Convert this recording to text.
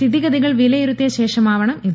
സ്ഥിതിഗതികൾ വിലയിരുത്തിയ ശേഷമാവണം ഇത്